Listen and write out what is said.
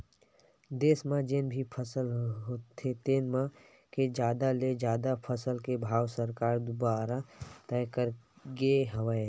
देस म जेन भी फसल होथे तेन म के जादा ले जादा फसल के भाव सरकार दुवारा तय करे गे हवय